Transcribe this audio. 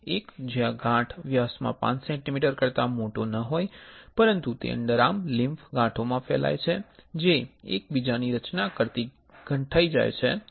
એક જ્યાં ગાંઠ વ્યાસમા 5 સેન્ટિમીટર કરતા મોટો ન હોય પરંતુ તે અન્ડરઆર્મ લિમ્ફ ગાંઠોમાં ફેલાય છે જે એકબીજાની રચના કરતી ગંઠાઇ જાય છે